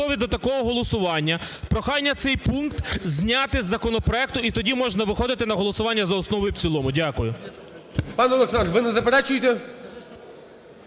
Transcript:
Пане Олександре, ви не заперечуєте?